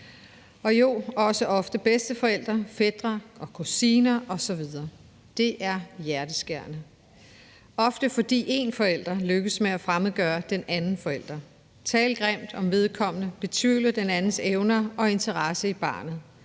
og ja, også ofte bedsteforældre, fætre og kusiner osv. Det er hjerteskærende. Det er ofte, fordi en forælder lykkes med at fremmedgøre den anden forælder, tale grimt om vedkommende og betvivle den andens evner og interesse i barnet